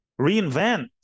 reinvent